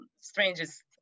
strangest